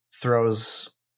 throws